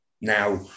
Now